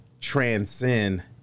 transcend